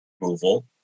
removal